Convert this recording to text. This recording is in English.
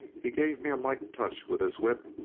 he gave me a light touch with his whip,